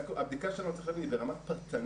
הבדיקה שלנו, צריך להגיד, היא ברמה פרטנית.